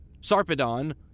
Sarpedon